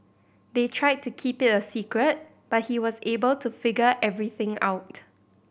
they tried to keep it a secret but he was able to figure everything out